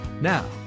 Now